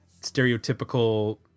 stereotypical